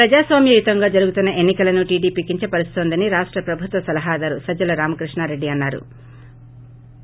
ప్రజాస్వామ్యయుతంగా జరుగుతున్న ఎన్ని కలను టీడీపీ కించపరుస్తోందని రాష్ట ప్రభుత్వ సలహాదారు సజ్జల రామకృష్ణా రెడ్డి అన్నారు